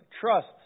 trust